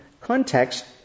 context